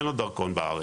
אין לו דרכון בארץ.